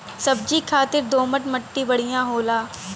सब्जी खातिर दोमट मट्टी बढ़िया होला